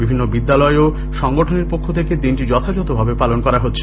বিভিন্ন বিদ্যালয়ও সংগঠনের পক্ষ থেকেও দিনটি যথাযখভাবে পালন করা হচ্ছে